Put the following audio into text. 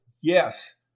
Yes